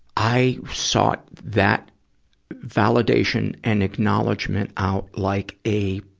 i sought that validation and acknowledgment out like a,